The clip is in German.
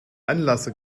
anlasser